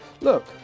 look